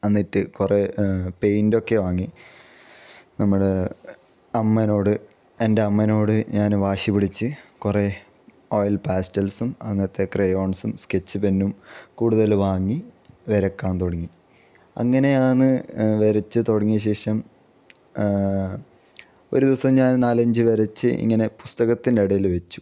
എന്നിട്ട് കുറെ പെയിൻറ്റൊക്കെ വാങ്ങി നമ്മൾ അമ്മയോട് എൻ്റെ അമ്മയോട് ഞാൻ വാശി പിടിച്ച് കുറെ ഓയിൽ പാസ്റ്റൽസും അങ്ങനത്തെ ക്രയോൺസും സ്കെച്ച് പെന്നും കൂടുതൽ വാങ്ങി വരക്കാൻ തുടങ്ങി അങ്ങനെയാണ് വരച്ച് തുടങ്ങിയ ശേഷം ഒരു ദിവസം ഞാൻ നാലഞ്ച് വരച്ച് ഇങ്ങനെ പുസ്തകത്തിൻ്റെ ഇടയിൽ വെച്ചു